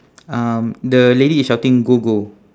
um the lady is shouting go go